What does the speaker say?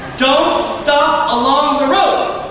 don't stop along the road.